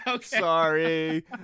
Sorry